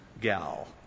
gal